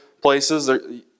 places